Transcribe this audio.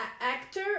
actor